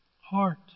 heart